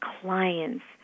clients